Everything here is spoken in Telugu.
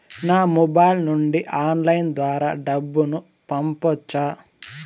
నా మొబైల్ నుండి ఆన్లైన్ ద్వారా డబ్బును పంపొచ్చా